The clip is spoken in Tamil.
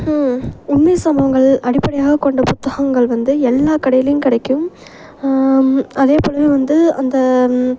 உண்மை சம்பவங்கள் அடிப்படையாக கொண்ட புத்தகங்கள் வந்து எல்லா கடையிலையும் கிடைக்கும் அதே போலவே வந்து அந்த